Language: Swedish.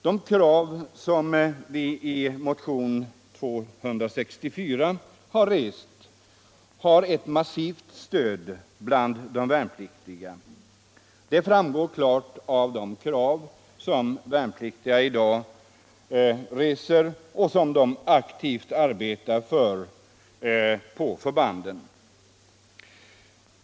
De krav som vi i motionen 264 har rest har ett massivt stöd bland de värnpliktiga. Det framgår klart av de krav som de värnpliktiga i dag reser och som de aktivt arbetar för på förbanden.